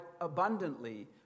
abundantly